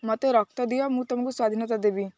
ମୋତେ ରକ୍ତ ଦିଅ ମୁଁ ତୁମକୁ ସ୍ୱାଧୀନତା ଦେବି